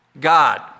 God